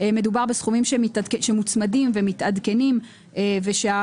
הואיל והתיקונים הם תיקונים שיש בהם שכל,